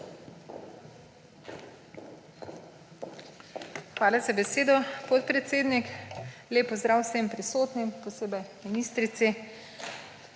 Hvala za besedo, podpredsednik. Lep pozdrav vsem prisotnim, posebej ministrici!